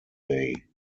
day